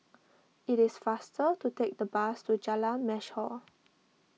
it is faster to take the bus to Jalan Mashhor